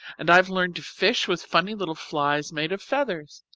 and i've learned to fish with funny little flies made of feathers.